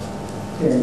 כן,